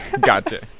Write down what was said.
Gotcha